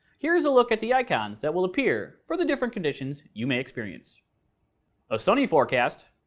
here is a look at the icons that will appear for the different conditions you may experience a sunny forecast.